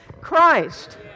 christ